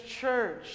church